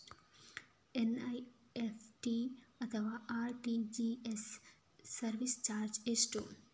NEFT ಅಥವಾ RTGS service charge ಎಷ್ಟು?